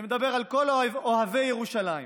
אני מדבר על כל אוהבי ירושלים.